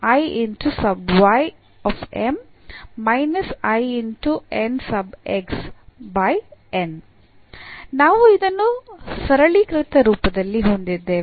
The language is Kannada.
ಆದ್ದರಿಂದ ನಾವು ಇದನ್ನು ಸರಳೀಕೃತ ರೂಪದಲ್ಲಿ ಹೊಂದಿದ್ದೇವೆ